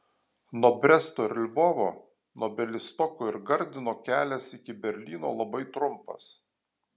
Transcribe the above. nuo bresto ir lvovo nuo bialystoko ir gardino kelias iki berlyno labai trumpas